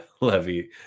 Levy